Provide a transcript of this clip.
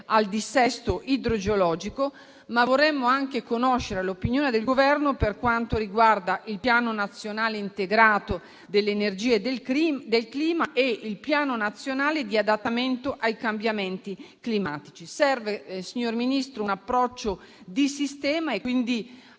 al dissesto idrogeologico. Ma vorremmo anche conoscere l'opinione del Governo per quanto riguarda il piano nazionale integrato dell'energia e del clima e il piano nazionale di adattamento ai cambiamenti climatici. Serve, signor Ministro, un approccio di sistema e, quindi,